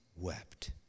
wept